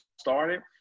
started